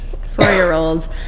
four-year-olds